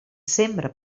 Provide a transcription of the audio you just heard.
sembra